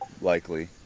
likely